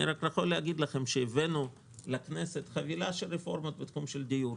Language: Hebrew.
אני יכול להגיד לכם שהבאנו לכנסת חבילה של רפורמות בתחום הדיור,